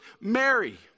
Mary